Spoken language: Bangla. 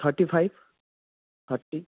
thirty five thirty